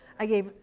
i gave